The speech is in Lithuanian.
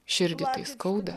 širdį tai skauda